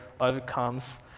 overcomes